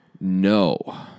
no